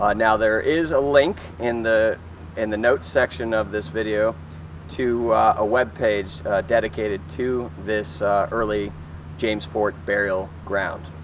ah now, there is a link in the and the notes section of this video to a web page dedicated to this early james fort burial ground.